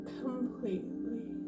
completely